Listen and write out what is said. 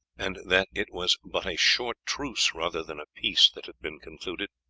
and that it was but a short truce rather than a peace that had been concluded.